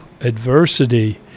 adversity